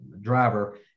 driver